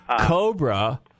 Cobra